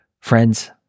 friends